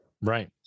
right